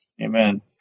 Amen